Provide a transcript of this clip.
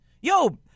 Yo